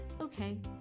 okay